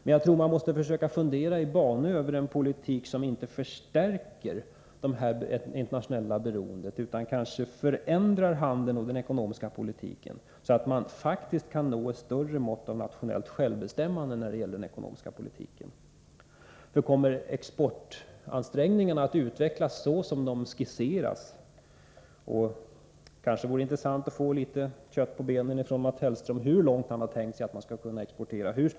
Men jag tror att man måste fundera över en politik som inte förstärker detta internationella beroende utan kanske förändrar handeln och den ekonomiska politiken, så att man faktiskt kan nå ett större mått av nationellt självbestämmande när det gäller den ekonomiska politiken. Kommer exportansträngningarna att utvecklas såsom de skisserats? Det vore intressant att få litet kött på benen från Mats Hellström i fråga om hur stor andel han har tänkt sig att man kan exportera.